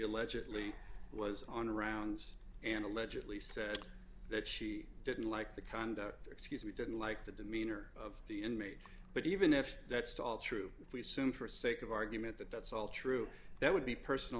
allegedly was on rounds and allegedly said that she didn't like the conduct excuse me didn't like the demeanor of the inmate but even if that's true if we soon for sake of argument that that's all true that would be personal